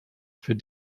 für